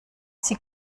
sie